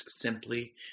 simply